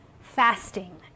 fasting